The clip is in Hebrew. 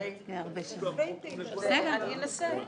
אני אנסה.